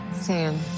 sam